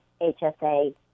HSA